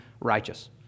righteous